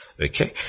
Okay